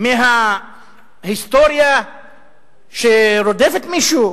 מההיסטוריה שרודפת מישהו?